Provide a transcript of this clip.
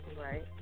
Right